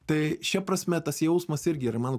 tai šia prasme tas jausmas ir yra mano